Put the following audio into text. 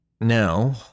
Now